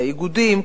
באיגודים כמובן,